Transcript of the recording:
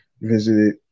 visited